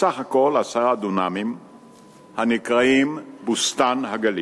בסך הכול עשרה דונמים הנקראים בוסתן-הכרמל.